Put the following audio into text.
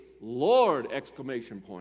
Lord